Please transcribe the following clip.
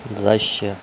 दृश्य